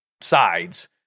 sides